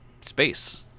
space